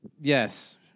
Yes